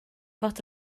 fod